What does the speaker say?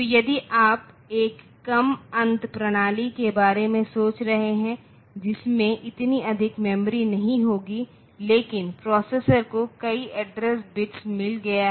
तो यदि आप एक कम अंत प्रणाली के बारे में सोच रहे हैं जिसमें इतनी अधिक मेमोरी नहीं होगी लेकिन प्रोसेसर को कई एड्रेस बिट्स मिल गया है